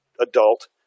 adult